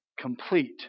complete